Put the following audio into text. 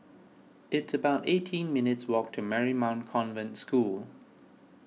it's about eighteen minutes' walk to Marymount Convent School